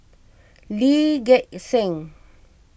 Lee Gek Seng